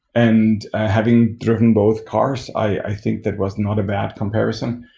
and having driven both cars, i think that was not a bad comparison.